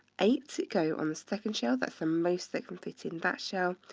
eight go on the second shell. that's the most that can fit in that shell.